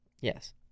Yes